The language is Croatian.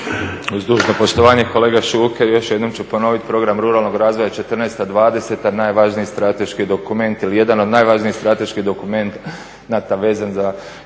Uz dužno poštovanje, kolega Šuker, još jednom ću ponoviti program ruralnog razvoja '14.-'20., najvažniji strateški dokument ili jedan od najvažnijih strateških dokumenata vezan za